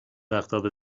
وقتابه